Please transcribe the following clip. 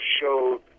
show